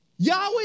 Yahweh